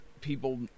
people